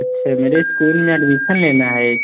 अच्छे मेरे स्कूल में एडमिसन लेना है